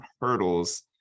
hurdles